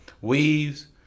Weaves